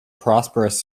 prosperous